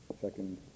second